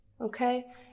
Okay